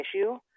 issue